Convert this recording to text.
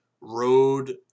road